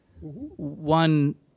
one